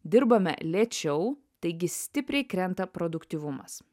dirbame lėčiau taigi stipriai krenta produktyvumas